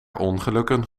ongelukken